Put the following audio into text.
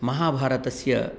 महाभारतस्य